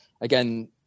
again